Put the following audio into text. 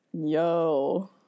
Yo